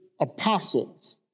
apostles